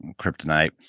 Kryptonite